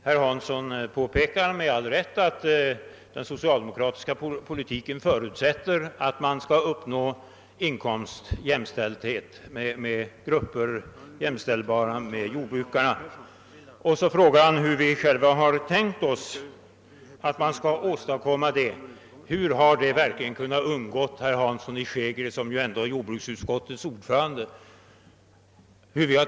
Herr talman! Herr Hansson i Skegrie påpekade med all rätt att den socialdemokratiska politiken förutsätter att man skall uppnå inkomstlikställighet mellan jordbrukarna och med dem jämförbara grupper. Han frågade hur vi själva tänkt oss att det skall kunna åstadkommas. Men hur har detta verkligen kunnat undgå herr Hansson i Skegrie som ändå är jordbruksutskottets ordförande?